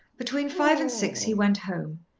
between five and six he went home,